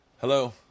hello